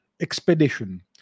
expedition